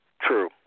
True